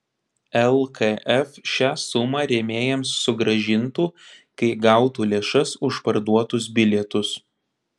lkf šią sumą rėmėjams sugrąžintų kai gautų lėšas už parduotus bilietus